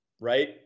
right